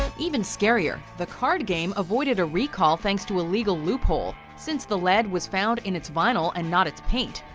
and even scarier, the card game avoided a recall thanks to a legal loophole, since the lead was found in its vinyl and not its paint,